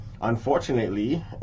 unfortunately